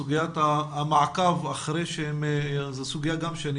סוגיית המעקב אחרי זו גם סוגיה שאני